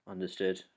Understood